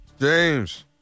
James